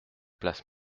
place